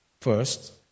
first